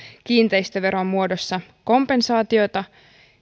kiinteistöveron muodossa kompensaatiota